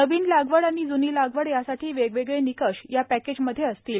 नवीन लागवड आणि जुनी लागवड यासाठी वेगवेगळे निकष या पॅकेजमध्ये असतील